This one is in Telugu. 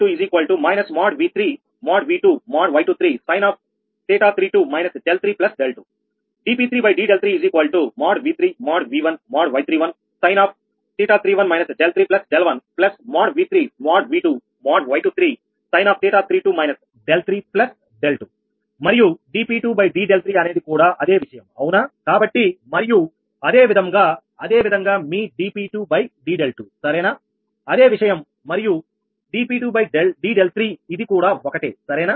dp3d∂2 |𝑉3||𝑉2||𝑌23| sin𝜃32 - 𝛿3 𝛿2 dp3d∂3|𝑉3||𝑉1||𝑌31| sin𝜃31 - 𝛿3 𝛿1 |𝑉3||𝑉2||𝑌23| sin𝜃32 - 𝛿3 𝛿2 మరియు dp2d∂3 అనేది కూడా అదే విషయం అవునా కాబట్టి మరియు అదేవిధంగా అదేవిధంగా మీ dp2d∂2 సరేనా అదే విషయం మరియు dp2d∂3 ఇది కూడా ఒకటే సరేనా